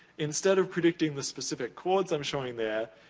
instead of predicting the specific chords i'm showing there,